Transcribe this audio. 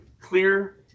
clear